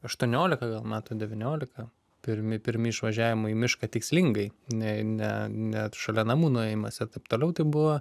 aštuoniolika gal metų devyniolika pirmi pirmi išvažiavimai į mišką tikslingai ne ne ne šalia namų nuėjimas taip toliau tai buvo